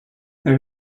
there